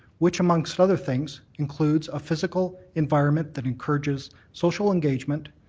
which amongst other things includes a physical environment that encouraging social engagement,